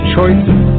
Choices